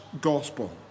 gospel